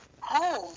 home